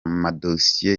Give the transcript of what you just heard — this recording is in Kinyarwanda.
madosiye